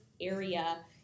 area